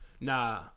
Nah